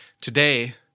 today